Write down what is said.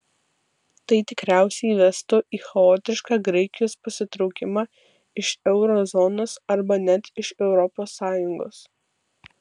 tai tikriausiai vestų į chaotišką graikijos pasitraukimą iš euro zonos arba net iš europos sąjungos